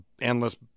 endless